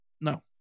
No